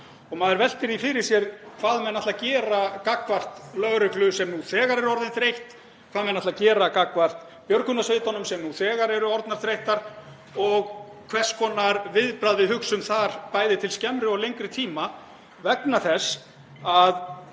og maður veltir því fyrir sér hvað menn ætla að gera gagnvart lögreglu sem nú þegar er orðin þreytt, hvað menn ætla að gera gagnvart björgunarsveitunum sem nú þegar eru orðnar þreyttar og hvers konar viðbragð við hugsum þar, bæði til skemmri og lengri tíma. Eins og